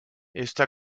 esta